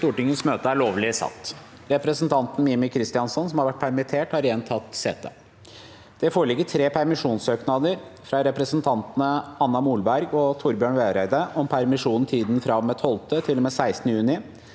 Presidenten Representanten Mímir Kristjánsson, som har vært permittert, har igjen tatt sete. Det foreligger tre permisjonssøknader: – fra representantene Anna Molberg og Torbjørn Vereide om permisjon i tiden fra og med 12. til